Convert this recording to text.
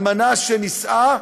אלמנה שנישאה,